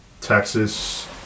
Texas